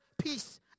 peace